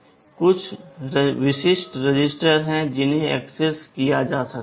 कुछ विशिष्ट रजिस्टर हैं जिन्हें एक्सेस किया जा सकता है